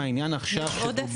יש עודף?